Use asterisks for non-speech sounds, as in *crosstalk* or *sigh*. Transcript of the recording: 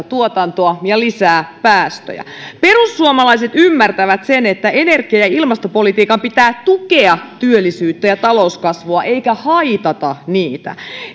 *unintelligible* tuotantoa ja lisää päästöjä perussuomalaiset ymmärtävät sen että energia ja ilmastopolitiikan pitää tukea työllisyyttä ja talouskasvua eikä haitata niitä